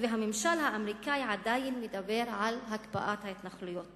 והממשל האמריקני עדיין מדבר על הקפאת ההתנחלויות